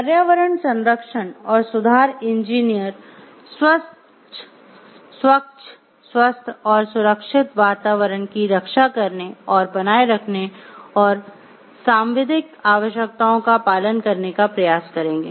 पर्यावरण संरक्षण और सुधार इंजीनियर स्वच्छ स्वस्थ और सुरक्षित वातावरण की रक्षा करने और बनाए रखने और सांविधिक आवश्यकताओं का पालन करने का प्रयास करेंगे